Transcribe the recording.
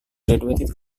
graduated